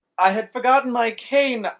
i had forgotten my cane.